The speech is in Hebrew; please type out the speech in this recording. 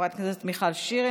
חברת הכנסת מיכל שיר,